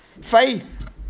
Faith